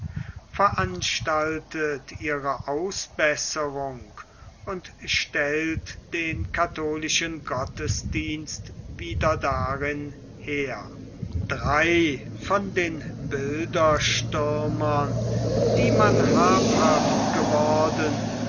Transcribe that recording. veranstaltet ihre ausbesserung und stellt den katholischen gottesdienst wieder darin her drei von den bilderstürmern die man habhaft geworden